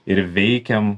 ir veikiam